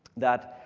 that